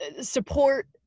support